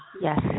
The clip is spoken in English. Yes